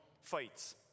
fights